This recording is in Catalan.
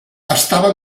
estava